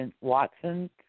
Watson